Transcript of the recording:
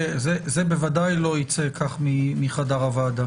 זה ודאי לא יצא כך מחדר הוועדה.